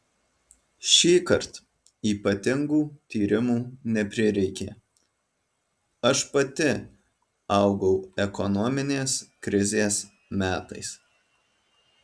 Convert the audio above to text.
šįkart ypatingų tyrimų neprireikė aš pati augau ekonominės krizės metais